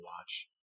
watch